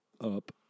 up